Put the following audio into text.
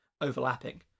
overlapping